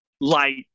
light